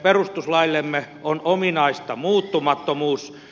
perustuslaillemme on ominaista muuttumattomuus